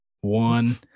one